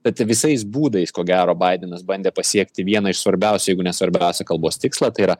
bet visais būdais ko gero baidenas bandė pasiekti vieną iš svarbiausių jeigu ne svarbiausia kalbos tikslą tai yra